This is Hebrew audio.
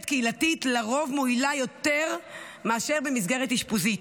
קהילתית לרוב מועיל יותר מאשר במסגרת אשפוזית.